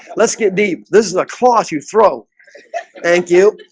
let's get deep this is a class you throw thank you.